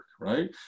right